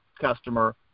customer